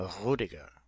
rudiger